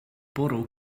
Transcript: bwrw